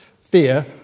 fear